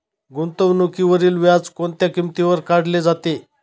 गुंतवणुकीवरील व्याज कोणत्या किमतीवर काढले जाते?